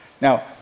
Now